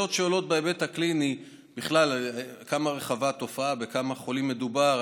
שאלות שעולות בהיבט הקליני בכלל: כמה רחבה התופעה ובכמה חולים מדובר?